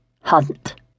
Hunt